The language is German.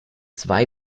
zwei